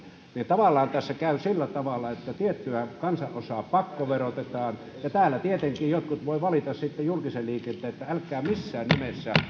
tavallaan tässä käy sillä tavalla että tiettyä kansanosaa pakkoverotetaan ja täällä tietenkin jotkut voivat valita sitten julkisen liikenteen niin että älkää missään nimessä